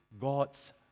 God's